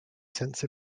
sense